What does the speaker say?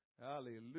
Hallelujah